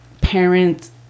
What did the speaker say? parents